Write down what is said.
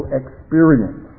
experience